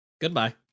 Goodbye